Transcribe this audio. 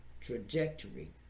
trajectory